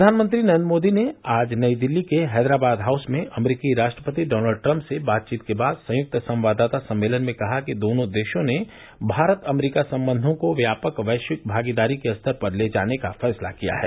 प्रधानमंत्री नरेन्द्र मोदी ने आज नई दिल्ली के हैदराबाद हाउस में अमरीकी राष्ट्रपति डॉनल्ड ट्रंप के बीच बातचीत के बाद संयुक्त संवाददाता सम्मेलन में कहा कि दोनों देशों ने भारत अमरीका संबंधों को व्यापक वैश्विक भागीदारी के स्तर पर ले जाने का फैसला किया है